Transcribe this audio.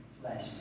flesh